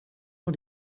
och